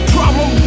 Problem